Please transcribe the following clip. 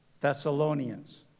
Thessalonians